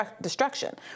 destruction